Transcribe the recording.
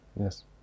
Yes